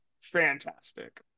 fantastic